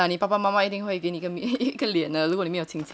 especially your parents lah 你爸爸妈妈一定会给你个脸的如果你没有亲戚